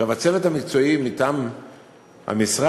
הצוות המקצועי מטעם המשרד